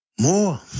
More